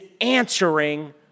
answering